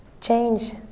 change